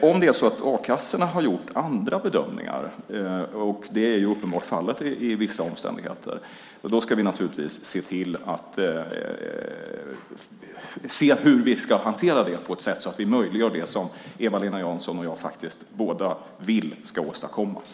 Om det är så att a-kassorna har gjort andra bedömningar, och det är ju uppenbart fallet i vissa omständigheter, ska vi naturligtvis se hur vi kan hantera det på ett sätt så att vi möjliggör det som Eva-Lena Jansson och jag faktiskt båda vill ska åstadkommas.